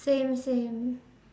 same same